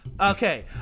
Okay